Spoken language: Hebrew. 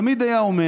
תמיד היה אומר: